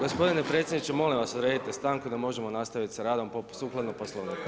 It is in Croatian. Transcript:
Gospodin predsjedniče, molim vas uredite stanku, da možemo nastaviti s radom sukladno Poslovniku.